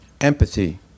empathy